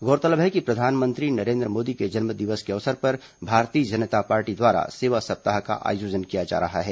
गौरतलब है कि प्रधानमंत्री नरेन्द्र मोदी के जन्म दिवस के अवसर पर भारतीय जनता पार्टी द्वारा सेवा सप्ताह का आयोजन किया जा रहा है